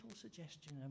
suggestion